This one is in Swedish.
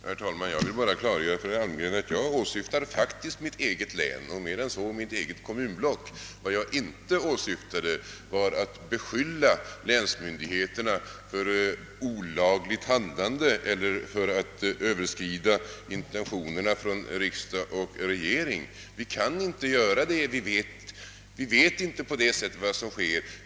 Herr talman! Jag vill bara göra klart för herr Almgren att jag åsyftade mitt eget län — ja, mer än så, mitt eget kommunblock. Däremot åsyftade jag inte att beskylla länsmyndigheterna för olagligt handlande eller för att överskrida riksdagens och regeringens intentioner. Vi kan inte göra det. Vi vet inte vad som sker.